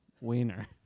wiener